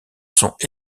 sont